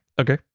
Okay